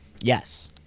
yes